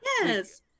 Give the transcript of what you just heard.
Yes